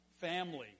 family